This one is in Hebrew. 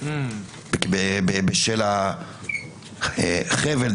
בשל החבל,